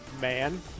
man